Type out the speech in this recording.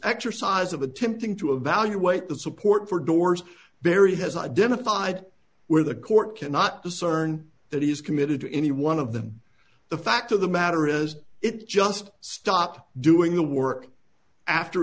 exercise of attempting to evaluate the support for doors barry has identified where the court cannot discern that he is committed to any one of them the fact of the matter is it just stop doing the work after